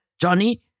Johnny